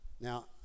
Now